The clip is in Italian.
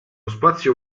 spazio